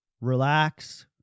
relax